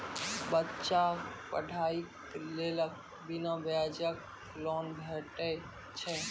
बच्चाक पढ़ाईक लेल बिना ब्याजक लोन भेटै छै?